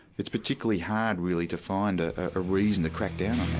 it's particularly hard really to find a ah reason to crack down